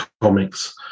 comics